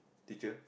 teacher